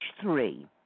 Three